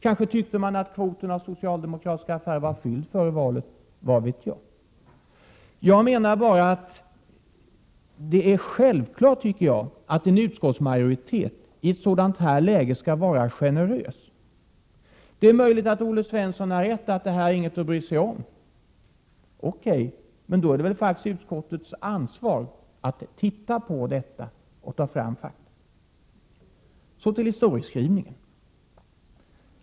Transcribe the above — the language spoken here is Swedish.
Kanske tyckte man att kvoten av socialdemokratiska affärer före valet var fylld — vad vet jag? Det är självklart att en utskottsmajoritet i ett sådant läge skall vara generös. Det är möjligt att Olle Svensson hår rätt i att det här inte är någonting att bry sig om. Okej, men det är väl ändå utskottets ansvar att granska och ta fram fakta. Så till historiebeskrivningen.